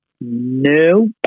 No